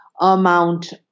amount